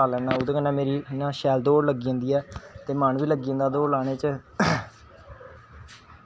क्योंकि कलास ही जवरदस्ती सिक्खनी पेई सिक्खी कम्म खत्म होया कलास खत्म होया ते शड्डी ओड़ी